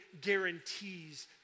guarantees